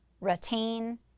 retain